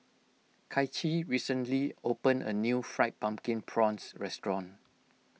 Kaichi recently opened a new Fried Pumpkin Prawns restaurant